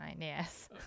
yes